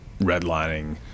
redlining